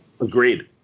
Agreed